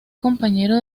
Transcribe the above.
compañero